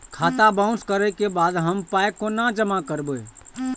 खाता बाउंस करै के बाद हम पाय कोना जमा करबै?